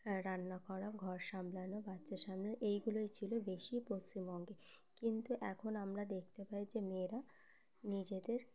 রান্না করা ঘর সামলানো বাচ্চা সামলানো এইগুলোই ছিল বেশি পশ্চিমবঙ্গে কিন্তু এখন আমরা দেখতে পাই যে মেয়েরা নিজেদের